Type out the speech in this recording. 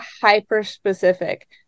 hyper-specific